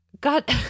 God